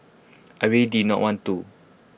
I really did not want to